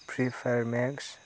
free fire max